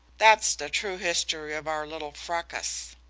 that's the true history of our little fracas.